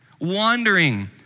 wandering